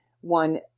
one